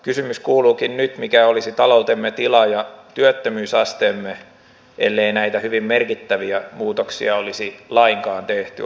kysymys kuuluukin nyt mikä olisi taloutemme tila ja työttömyysasteemme ellei näitä hyvin merkittäviä muutoksia olisi lainkaan tehty